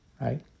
Right